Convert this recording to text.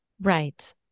Right